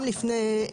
גם לפני,